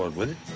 with it.